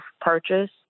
purchase